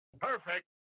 Perfect